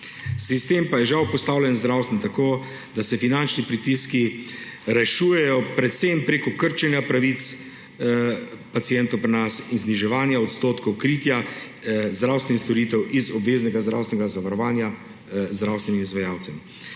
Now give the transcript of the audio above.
sistem pa je žal postavljen tako, da se finančni pritiski rešujejo predvsem preko krčenja pravic pacientov pri nas in zniževanja odstotkov kritja zdravstvenih storitev iz obveznega zdravstvenega zavarovanja zdravstvenim izvajalcem.